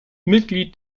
mitglied